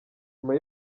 nyuma